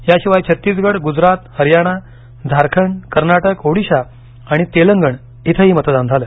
याशिवाय छत्तिसगड गुजरात हरियाना झारखंड कर्नाटक ओडिशा आणि तेलंगण इथंही मतदान झालं